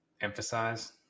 emphasize